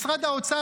משרד האוצר,